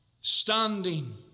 standing